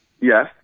Yes